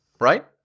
Right